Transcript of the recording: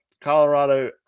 Colorado